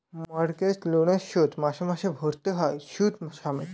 mortgage লোনের শোধ মাসে মাসে ভরতে হয় সুদ সমেত